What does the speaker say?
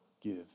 give